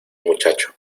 muchacho